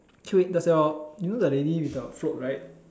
wait does your you know the lady with the float right